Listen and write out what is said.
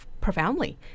profoundly